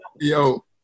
Yo